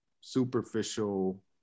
superficial